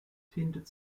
findet